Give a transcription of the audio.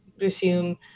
resume